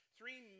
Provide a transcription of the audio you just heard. three